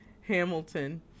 Hamilton